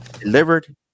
delivered